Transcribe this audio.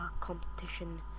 competition